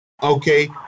Okay